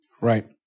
Right